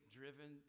driven